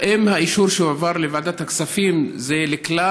האם האישור שהועבר לוועדת הכספים זה לכלל